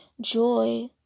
joy